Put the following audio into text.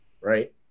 right